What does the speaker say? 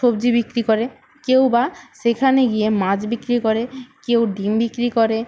সবজি বিক্রি করে কেউ বা সেখানে গিয়ে মাছ বিক্রি করে কেউ ডিম বিক্রি করে